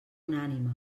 unànime